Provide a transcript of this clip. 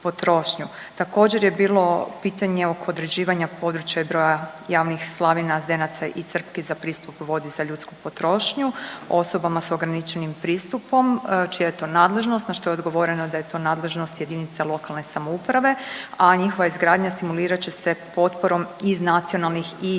Također je bilo pitanje oko određivanja područja i broja javnih slavina, zdenaca i crpki za pristup vodi za ljudsku potrošnju osobama s ograničenim pristupom, čija je to nadležnost, na što je odgovoreno da je to nadležnost jedinica lokalne samouprave, a njihova izgradnja stimulirat će se potporom iz nacionalnih i